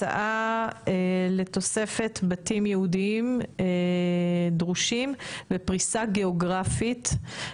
הצעה לתוספת בתים ייעודיים דרושים בפריסה גיאוגרפית.